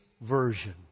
version